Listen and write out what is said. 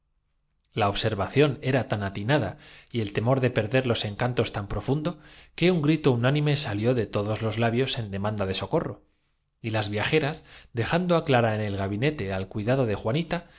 la observación era tan atinada y el temor de perder é inmediatamente hizo parar en seco ei anacronólos encantos tan profundo que un grito unánime salió pete de todos los labios en demanda de socorro y las via qué es ello jeras dejando á clara en el gabinete al cuidado de